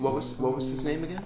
what was what was his name again